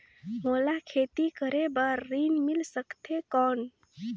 मोला खेती करे बार ऋण मिल सकथे कौन?